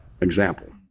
example